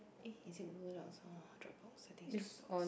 eh is it Dropbox I think is Dropbox